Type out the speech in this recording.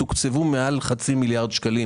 תוקצבו מעל חצי מיליארד שקלים